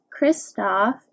Kristoff